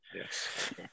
Yes